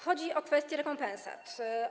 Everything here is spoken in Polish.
Chodzi o kwestię rekompensat.